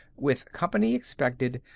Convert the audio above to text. with company expected,